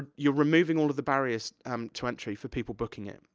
ah you're removing all of the barriers um to entry for people booking it.